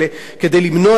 כדי למנוע את זה,